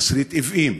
תסריט עוועים,